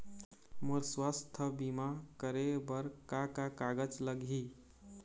मोर स्वस्थ बीमा करे बर का का कागज लगही?